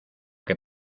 que